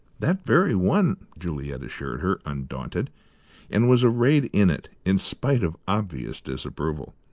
that very one, juliet assured her, undaunted and was arrayed in it, in spite of obvious disapproval.